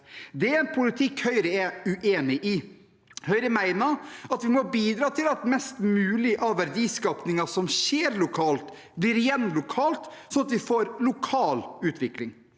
Det er en politikk Høyre er uenig i. Høyre mener at vi må bidra til at mest mulig av verdiskapingen som skjer lokalt, blir igjen lokalt, slik at vi får lokal utvikling.